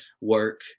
work